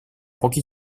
pochi